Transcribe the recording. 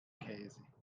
käse